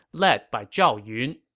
led by zhao yun.